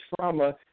trauma